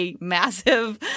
massive